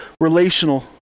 relational